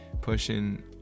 Pushing